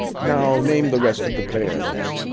now name the rest of the players.